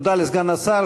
תודה לסגן השר.